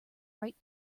right